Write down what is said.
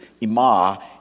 ima